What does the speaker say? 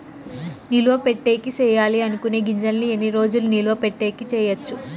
నిలువ పెట్టేకి సేయాలి అనుకునే గింజల్ని ఎన్ని రోజులు నిలువ పెట్టేకి చేయొచ్చు